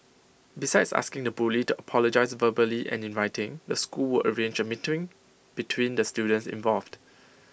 besides asking the bully to apologise verbally and in writing the school arrange A meeting between the students involved